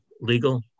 legal